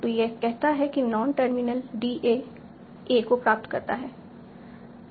तो यह कहता है कि नॉन टर्मिनल DA a को प्राप्त करता है